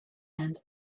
and